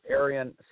Aryan